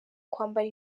kwambara